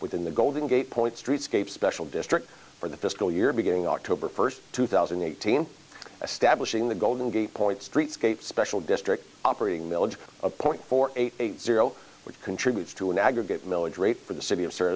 within the golden gate point streetscapes special district for the fiscal year beginning october first two thousand and eighteen establishing the golden gate point streetscape special district operating milage a point four eight eight zero which contributes to an aggregate milage rate for the city of s